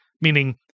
Meaning